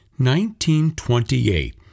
1928